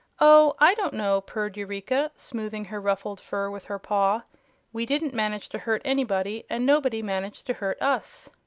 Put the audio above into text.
oh, i don't know, purred eureka, smoothing her ruffled fur with her paw we didn't manage to hurt anybody, and nobody managed to hurt us.